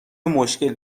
مشکل